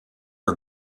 her